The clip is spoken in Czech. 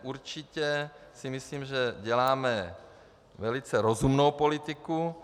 Určitě si myslím, že děláme velice rozumnou politiku.